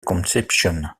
concepción